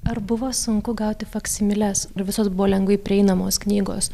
ar buvo sunku gauti faksimiles ar visos buvo lengvai prieinamos knygos